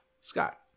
Scott